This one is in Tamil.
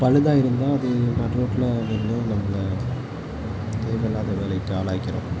பழதா இருந்தால் அது நடு ரோட்டில அது வந்து நம்பளை தேவைல்லாத வேலைக்கு ஆளாக்கிரும்